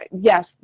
Yes